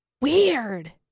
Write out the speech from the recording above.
Weird